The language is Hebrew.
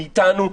מאיתנו,